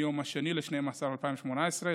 מיום 2 בדצמבר 2018,